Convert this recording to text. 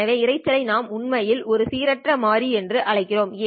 எனவே இரைச்சலை நாம் உண்மையில் ஒரு சீரற்ற மாறி என்று அழைக்கிறோம்